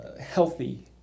healthy